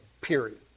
period